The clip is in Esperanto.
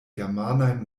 germanajn